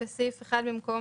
לכולם,